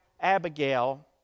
Abigail